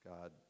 God